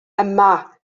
yma